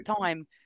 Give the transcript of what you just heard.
time